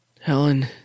Helen